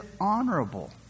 honorable